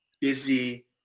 Busy